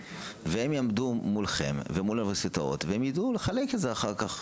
והם יעמדו מולכם ומול האוניברסיטאות ויידעו לחלק את זה אחר כך.